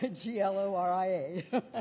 G-L-O-R-I-A